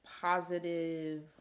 positive